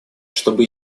чтобы